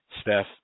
Steph